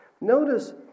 Notice